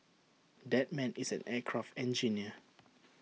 that man is an aircraft engineer